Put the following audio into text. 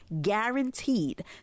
Guaranteed